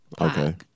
okay